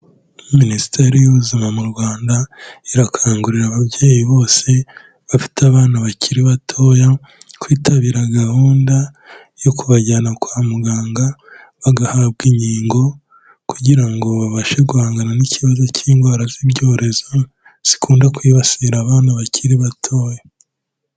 Minisiteri y'ubuzima mu Rwanda irakangurira ababyeyi bose bafite abana bakiri bato kwitabira gahunda yo kubajyana kwa muganga bagahabwa inkingo, kugira ngo babashe guhangana n'ikibazo cy'indwara z'ibyorezo zikunda kwibasira abana bakiri batoya.